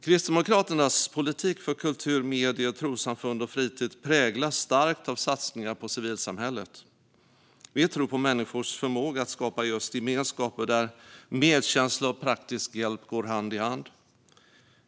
Kristdemokraternas politik för kultur, medier, trossamfund och fritid präglas starkt av satsningar på civilsamhället. Vi tror på människors förmåga att skapa just gemenskaper där medkänsla och praktisk hjälp går hand i hand.